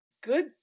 good